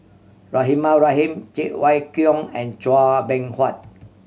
Rahimah Rahim Cheng Wai Keung and Chua Beng Huat